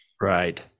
Right